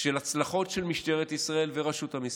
של הצלחות של משטרת ישראל ורשות המיסים,